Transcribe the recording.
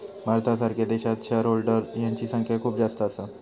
भारतासारख्या देशात shareholder यांची संख्या खूप जास्त असा